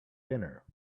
dinner